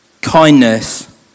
kindness